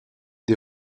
des